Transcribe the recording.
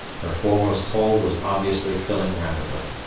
her foremost hold was obviously filling rapidly.